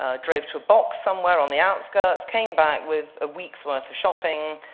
ah drove to a box somewhere on the outskirts, came back with a week's worth of shopping,